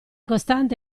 costante